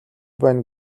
байна